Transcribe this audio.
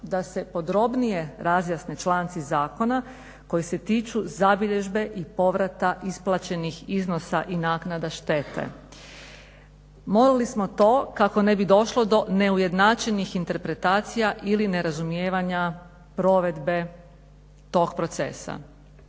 da se podrobnije razjasne članci zakona koji se tiču zabilježbe i povrata isplaćenih iznosa i naknada štete. Molili smo to kako ne bi došlo do neujednačenih interpretacija ili nerazumijevanja provedbe tog procesa.